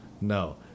No